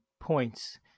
points